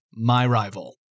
MyRival